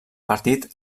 partit